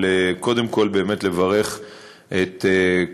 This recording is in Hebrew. אבל קודם כול אני רוצה באמת לברך את כל